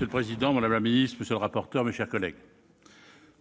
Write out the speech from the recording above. Monsieur le président, madame la secrétaire d'État, mes chers collègues,